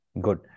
Good